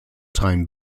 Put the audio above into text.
time